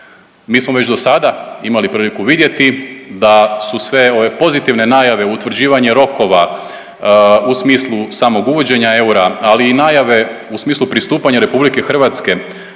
Mi smo već do sada imali priliku vidjeti da su sve ove pozitivne najave, utvrđivanje rokova u smislu samog uvođenja eura, ali i najave u smislu pristupanja RH europskom